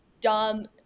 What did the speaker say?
dumb